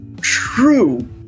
True